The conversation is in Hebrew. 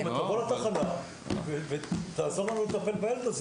תבוא לתחנה, ותעזור לנו לטפל בילד.